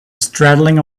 straddling